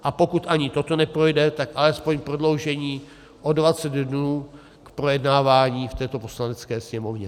A pokud ani toto neprojde, tak alespoň prodloužení o 20 dnů k projednávání v této Poslanecké sněmovně.